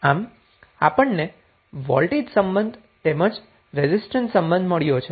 આમ આપણને વોલ્ટેજ સંબંધ તેમજ રેઝિસ્ટન્સ સંબંધ મળ્યો છે